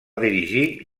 dirigir